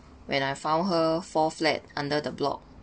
when I found her fall flat under the block